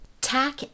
tack